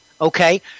okay